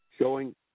showing